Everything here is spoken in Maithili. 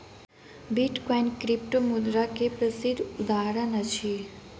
बिटकॉइन क्रिप्टोमुद्रा के प्रसिद्ध उदहारण अछि